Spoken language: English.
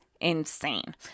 insane